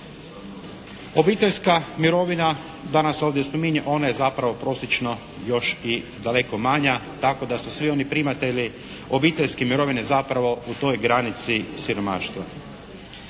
Obiteljska mirovina danas se ovdje spominje, ona je zapravo prosječno još i daleko manja, tako da su svi oni primatelji obiteljske mirovine zapravo u toj granici siromaštva.